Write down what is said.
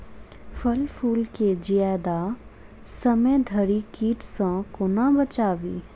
फल फुल केँ जियादा समय धरि कीट सऽ कोना बचाबी?